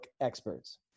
experts